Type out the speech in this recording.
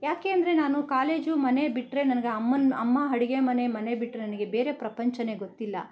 ಏಕೆ ಅಂದ್ರೆ ನಾನು ಕಾಲೇಜು ಮನೆ ಬಿಟ್ರೆ ನನಗೆ ಅಮ್ಮನ ಅಮ್ಮ ಅಡಿಗೆ ಮನೆ ಮನೆ ಬಿಟ್ರೆ ನನಗೆ ಬೇರೆ ಪ್ರಪಂಚವೇ ಗೊತ್ತಿಲ್ಲ